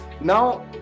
now